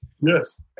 Yes